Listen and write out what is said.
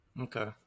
Okay